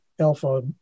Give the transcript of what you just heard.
alpha